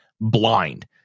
blind